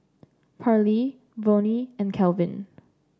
Pairlee Vonnie and Kelvin